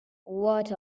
what